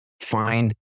find